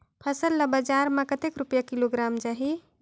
फसल ला बजार मां कतेक रुपिया किलोग्राम जाही?